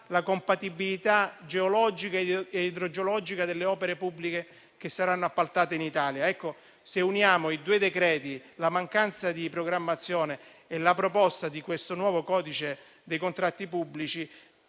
la compatibilità geologica e idrogeologica delle opere pubbliche che saranno appaltate in Italia), ecco, se uniamo i due decreti, la mancanza di programmazione e la proposta di questo nuovo codice dei contratti pubblici,